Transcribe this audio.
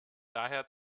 daher